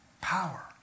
power